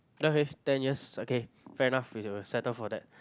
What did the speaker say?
okay ten years okay fair enough we'll be settle for that